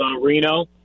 Reno